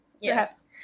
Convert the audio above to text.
Yes